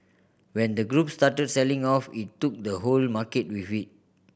when the group started selling off it took the whole market with it